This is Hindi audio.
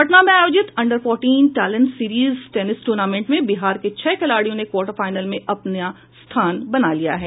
पटना में आयोजित under fourteen talent series tennis tournament में बिहार के छह खिलाड़ियों ने क्वार्टर फाइनल में अपनी जगह बनायी है